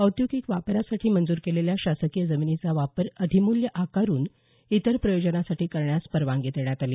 औद्योगिक वापरासाठी मंजूर केलेल्या शासकीय जमिनीचा वापर अधिमूल्य आकारून इतर प्रयोजनासाठी करण्यास परवानगी देण्यात आली